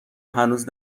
هنوز